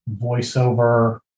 voiceover